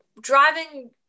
driving